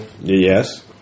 Yes